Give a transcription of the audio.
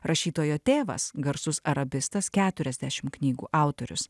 rašytojo tėvas garsus arabistas keturiasdešim knygų autorius